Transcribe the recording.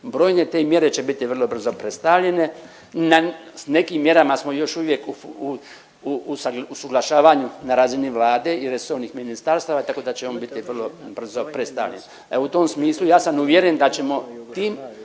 brojne te mjere će biti vrlo brzo predstavljene. Na nekim mjerama smo još uvijek u usuglašavanju na razini Vlade i resornih ministarstava, tako da će on biti vrlo brzo predstavljen. Evo u tom smislu, ja sam uvjeren da ćemo tim,